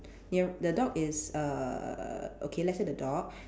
near the dog is uh okay let's say the dog